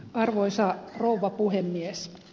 arvoisa rouva puhemies